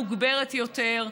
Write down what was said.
לאכיפה מוגברת יותר.